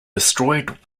destroyed